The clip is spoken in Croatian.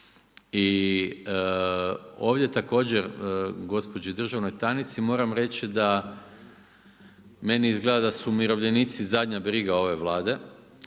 I ovdje također, gospođi državnoj tajnici moram reći da meni izgleda da su umirovljenici zadnja briga ove Vlade,